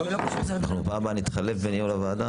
אני חושב שבפעם הבאה אנחנו נתחלף בניהול הוועדה,